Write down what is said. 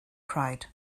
cried